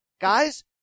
guys